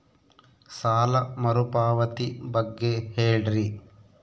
ಸಾಲ ಮರುಪಾವತಿ ಬಗ್ಗೆ ಹೇಳ್ರಿ?